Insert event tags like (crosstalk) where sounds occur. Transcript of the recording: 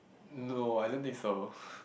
no I don't think so (laughs)